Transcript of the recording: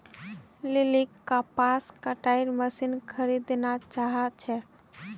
लिलीक कपास कटाईर मशीन खरीदना चाहा छे